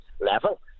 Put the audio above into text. level